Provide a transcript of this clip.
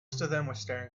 staring